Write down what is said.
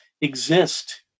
exist